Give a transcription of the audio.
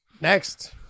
Next